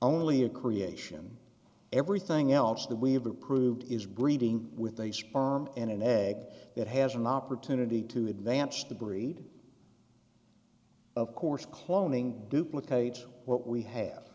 only a creation everything else that we have approved is breeding with a sperm and an egg that has an opportunity to advance to breed of course cloning duplicate what we have